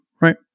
right